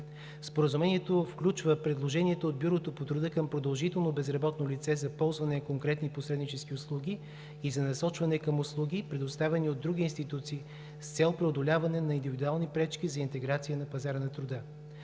Споразумението включва предложението от Бюрото по труда към продължително безработно лице за ползване на конкретни посреднически услуги и за насочване към услуги, предоставяни от други институции, с цел преодоляване на индивидуални пречки за интеграция на пазара на труда.